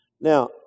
Now